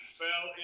fell